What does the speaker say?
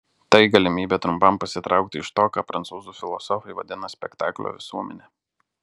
tai galimybė trumpam pasitraukti iš to ką prancūzų filosofai vadina spektaklio visuomene